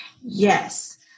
Yes